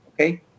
Okay